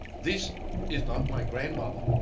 this is not my grandmother.